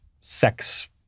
sex